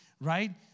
right